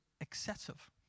excessive